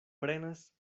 prenas